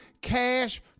cash